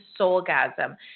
Soulgasm